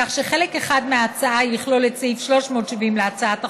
כך שחלק אחד מההצעה יכלול את סעיף 370 להצעת החוק,